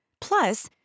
Plus